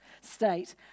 state